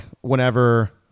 whenever